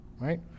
right